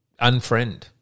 unfriend